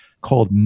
called